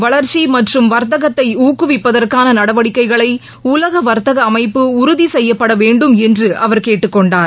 வளர்ச்சி மற்றும் வர்த்தகத்தை ஊக்குவிப்பதற்கான நடவடிக்கைகளை உலக வர்த்தக அமைப்பு உறுதி செய்யப்பட வேண்டும் என்று அவர் கேட்டுக் கொண்டார்